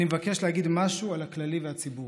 אני מבקש להגיד משהו על הכללי והציבורי.